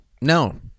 No